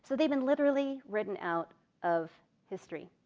so they've been literally written out of history.